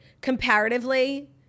comparatively